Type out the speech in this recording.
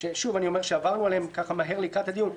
שעברנו עליהן לקראת הדיון,